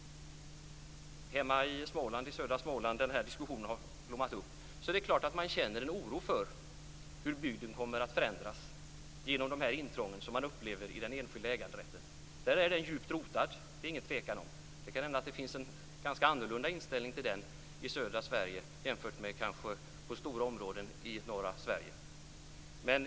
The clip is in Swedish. Hemma i södra Småland, där denna diskussion har blommat upp, är det klart att man känner en oro för hur bygden kommer att förändras genom det som man upplever som intrång i den enskilda äganderätten. Där är äganderätten djupt rotad; det är det ingen tvekan om. Det kan hända att inställningen är annorlunda i södra Sverige än i stora områden av norra Sverige.